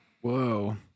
Whoa